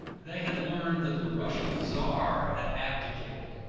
they had learned that the russian tsar had abdicated,